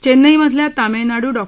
चेन्नई मधल्या तामिळनाडू डॉ